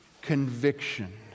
conviction